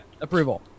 approval